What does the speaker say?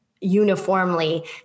uniformly